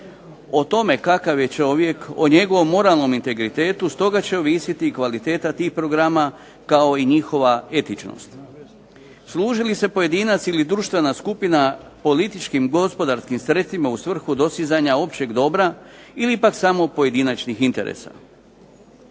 O tome kakav je čovjek, o njegovom moralnom integritetu stoga će ovisiti kvaliteta tih programa, kao i njihova etičnost. Služi li se pojedinac ili društvena skupina političkim, gospodarskim sredstvima u svrhu dostizanja općeg dobra ili pak samo pojedinačnih interesa.